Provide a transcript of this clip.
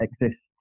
exist